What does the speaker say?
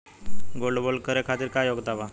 Gold bond करे खातिर का योग्यता बा?